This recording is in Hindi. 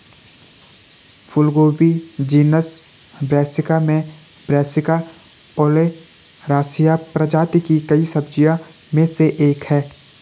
फूलगोभी जीनस ब्रैसिका में ब्रैसिका ओलेरासिया प्रजाति की कई सब्जियों में से एक है